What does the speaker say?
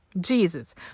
jesus